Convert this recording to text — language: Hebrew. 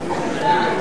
נתקבלו.